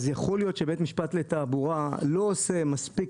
אז יכול להיות שבית משפט לתעבורה לא עושה מספיק